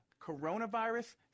Coronavirus